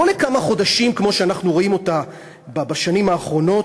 לא לכמה חודשים כמו שאנחנו רואים בשנים האחרונות,